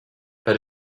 that